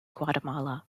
guatemala